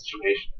situation